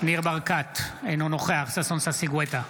ניר ברקת, אינו נוכח ששון ששי גואטה,